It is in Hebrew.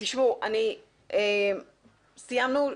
תשמעו, סיימנו.